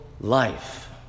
life